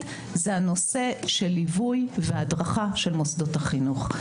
הוא הנושא של ליווי והדרכה של מוסדות החינוך.